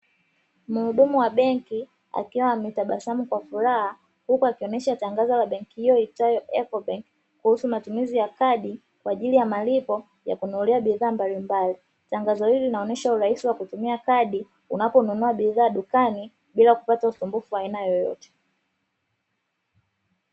Mhudumu wa benki akiwa ametabasamu kwa furaha huku akionyesha tangazo la benki hii iitwayo "eco bank" kuhusu matumizi ya kadi kwa ajili ya malipo ya kununulia bidhaa mbalimbali, tangazo hili linaonyesha urahisi wa kutumia kadi unaponunua bidhaa dukani bila kupata usumbufu wa aina yoyote.